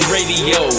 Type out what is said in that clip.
Radio